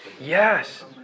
Yes